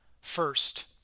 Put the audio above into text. First